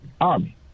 Army